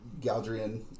Galdrian